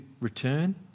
return